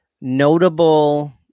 notable